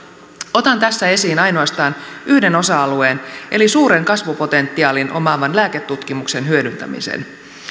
otan tässä esiin ainoastaan yhden osa alueen eli suuren kasvupotentiaalin omaavan lääketutkimuksen hyödyntämisen